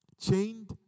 chained